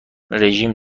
رژیم